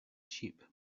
sheep